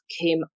came